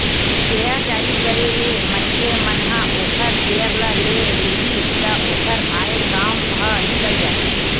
share जारी करे ले मनखे मन ह ओखर सेयर ल ले लिही त ओखर आय काम ह निकल जाही